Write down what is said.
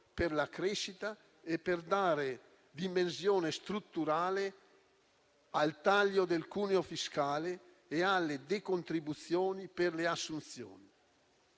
per la crescita e per dare dimensione strutturale al taglio del cuneo fiscale e alle decontribuzioni per le assunzioni.